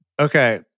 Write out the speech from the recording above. Okay